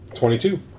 Twenty-two